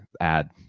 add